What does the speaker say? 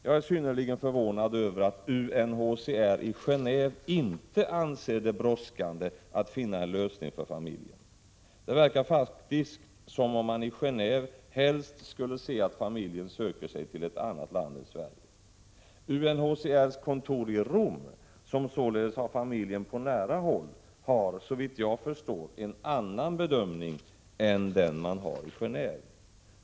Jag är synnerligen förvånad över att UNHCR i Genéve inte 19 anser det vara brådskande att finna en lösning för familjen. Det verkar faktiskt som om man i Gené&ve helst såg att familjen sökte sig till något annat land än Sverige. UNHCR:s kontor i Rom, som således har familjen på nära håll, gör — såvitt jag förstår — en annan bedömning än den man gör i Geneve.